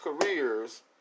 careers